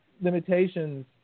limitations